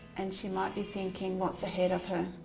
and she might be thinking what's ahead of her.